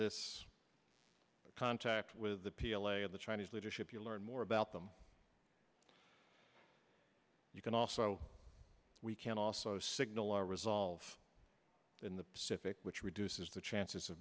this contact with the p l a or the chinese leadership you learn more about them you can also we can also signal our resolve in the pacific which reduces the chances of